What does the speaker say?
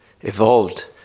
evolved